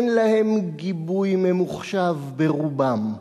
אין להם גיבוי ממוחשב, לרובם.